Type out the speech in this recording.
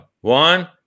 One